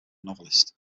novelist